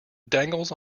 dangles